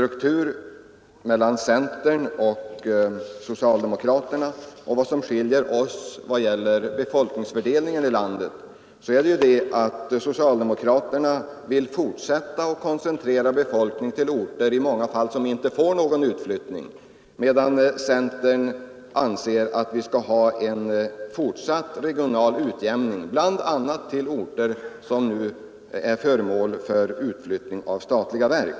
Vad som skiljer centern och socialdemokraterna när det gäller ortsstrukturen och befolkningsfördelningen i landet är att socialdemokraterna vill fortsätta att koncentrera befolkningen till orter, som i många fall inte får någon del i utflyttningen, medan centern anser att vi skall ha en fortsatt regional utjämning bl.a. till orter som nu är föremål för utflyttning av statliga verk.